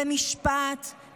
במשפט,